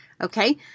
Okay